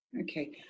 Okay